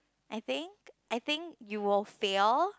I think I think you will fail